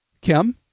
Kim